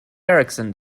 erikson